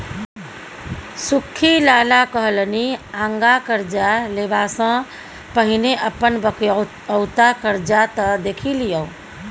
सुख्खी लाला कहलनि आँगा करजा लेबासँ पहिने अपन बकिऔता करजा त देखि लियौ